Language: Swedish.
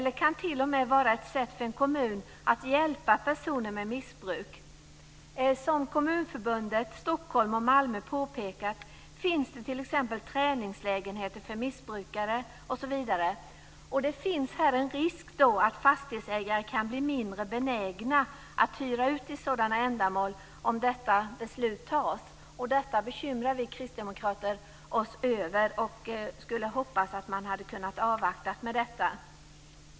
Det kan t.o.m. vara ett sätt för en kommun att hjälpa personer med missbruk. Som Kommunförbundet, Stockholm och Malmö påpekat finns det t.ex. träningslägenheter för missbrukare. Det finns en risk att fastighetsägare kan bli mindre benägna att hyra ut till sådana ändamål om detta beslut fattas. Detta bekymrar vi kristdemokrater oss över. Vi hade hoppats att man kunnat avvakta i fråga om detta.